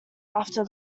after